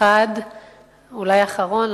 אולי האחרון,